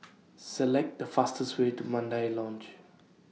Select The fastest Way to Mandai Lodge